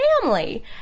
family